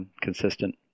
consistent